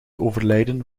overlijden